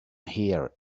here